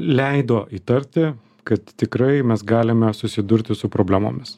leido įtarti kad tikrai mes galime susidurti su problemomis